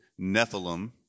Nephilim